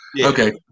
okay